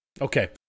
okay